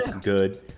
good